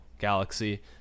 galaxy